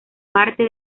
parte